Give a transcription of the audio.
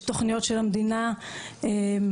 יש תוכניות של המדינה לערבים,